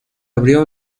abrió